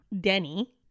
Denny